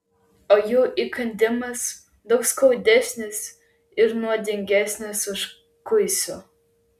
o jų įkandimas daug skaudesnis ir nuodingesnis už kuisių